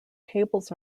tables